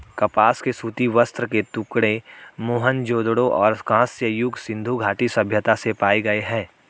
कपास के सूती वस्त्र के टुकड़े मोहनजोदड़ो और कांस्य युग सिंधु घाटी सभ्यता से पाए गए है